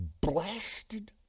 blasted